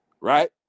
right